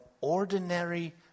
ordinary